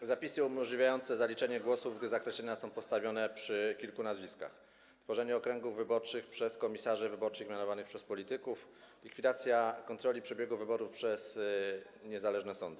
Są zapisy umożliwiające zaliczenie głosu, gdy zakreślenia są postawione przy kilku nazwiskach; tworzenie okręgów wyborczych przez komisarzy wyborczych mianowanych przez polityków; likwidacja kontroli przebiegu wyborów przez niezależne sądy.